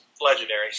legendary